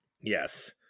Yes